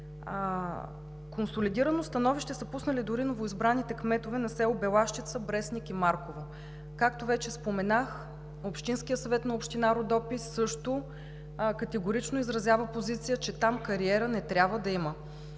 Консолидирано становище са пуснали дори новоизбраните кметове на село Белащица, Брестник и Марково. Както вече споменах, Общинският съвет на Община Родопи също категорично изразява позиция, че там кариера не трябва да има.